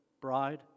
bride